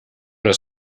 das